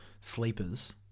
sleepers